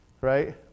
Right